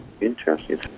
Interesting